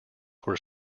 were